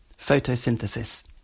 Photosynthesis